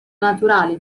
naturale